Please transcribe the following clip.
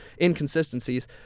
inconsistencies